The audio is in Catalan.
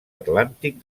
atlàntic